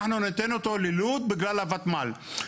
אנחנו ניתן אותו ללוד בגלל הותמ"ל.